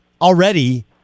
already